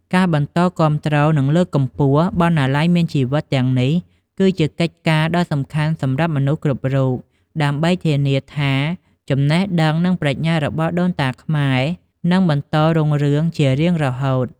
ការបន្តគាំទ្រ និងលើកកម្ពស់ "បណ្ណាល័យមានជីវិត" ទាំងនេះ គឺជាកិច្ចការដ៏សំខាន់សម្រាប់មនុស្សគ្រប់រូប ដើម្បីធានាថាចំណេះដឹង និងប្រាជ្ញារបស់ដូនតាខ្មែរនឹងបន្តរុងរឿងជារៀងរហូត។